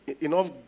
enough